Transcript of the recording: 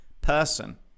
person